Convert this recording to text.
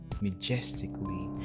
majestically